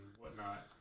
whatnot